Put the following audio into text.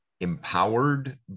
empowered